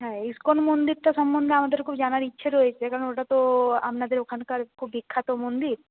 হ্যাঁ ইসকন মন্দিরটা সম্বন্ধে আমাদের খুব জানার ইচ্ছে রয়েছে কারণ ওটা তো আপনাদের ওখানকার খুব বিখ্যাত মন্দির